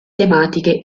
tematiche